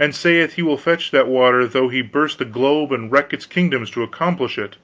and saith he will fetch that water though he burst the globe and wreck its kingdoms to accomplish it